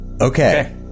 Okay